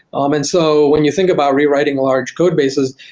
um and so when you think about rewriting large code bases,